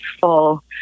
full